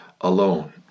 alone